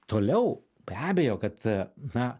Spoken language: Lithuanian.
toliau be abejo kad na